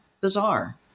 bizarre